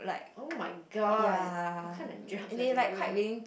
oh-my-god what kind of jobs are they doing